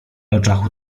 oczach